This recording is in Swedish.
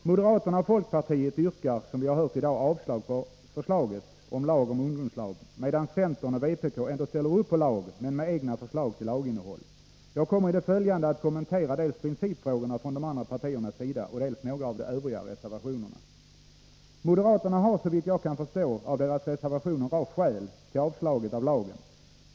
Moderater och folkpartiet yrkar som vi hört i dag avslag på förslaget om lag 'om ungdomslag, medan centern och vpk ändå ställer upp på en lag men med egna förslag till laginnehåll. Jag kommer i det följande att kommentera dels principförslagen från de andra partiernas sida, dels några av de övriga reservationerna. Moderaterna har såvitt jag kan förstå av deras reservation en rad skäl till avstyrkandet av lagen.